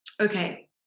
Okay